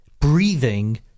breathing